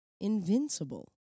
invincible